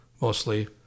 mostly